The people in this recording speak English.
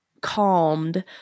calmed